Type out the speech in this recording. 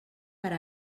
per